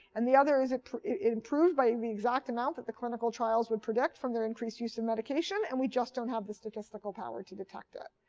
and the other is it improved by the exact amount the clinical trials would predict from their increased use of medication and we just don't have the statistical power to detect it.